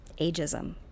Ageism